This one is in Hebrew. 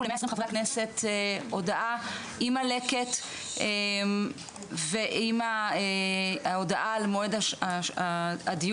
ל-120 חברי הכנסת הודעה עם הלקט ועם ההודעה על מועד הדיון